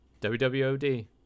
WWOD